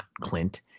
Clint